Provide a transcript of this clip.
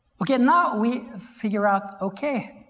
okay now we figure out okay,